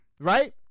right